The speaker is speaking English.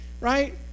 right